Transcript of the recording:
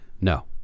No